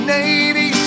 Navy